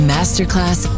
Masterclass